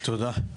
תודה.